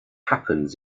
happens